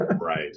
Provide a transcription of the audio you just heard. Right